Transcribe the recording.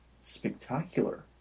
spectacular